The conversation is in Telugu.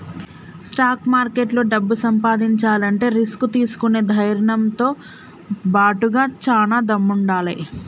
స్టాక్ మార్కెట్లో డబ్బు సంపాదించాలంటే రిస్క్ తీసుకునే ధైర్నంతో బాటుగా చానా దమ్ముండాలే